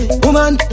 woman